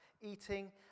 eating